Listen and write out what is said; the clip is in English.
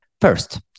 First